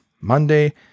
Monday